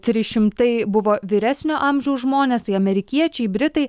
trys šimtai buvo vyresnio amžiaus žmonės tai amerikiečiai britai